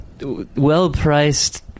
well-priced